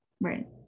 Right